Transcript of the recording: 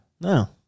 No